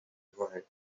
world